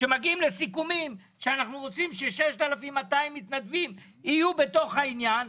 כשמגיעים לסיכומים שאנחנו רוצים ש-6,200 מתנדבים יהיו בתוך העניין,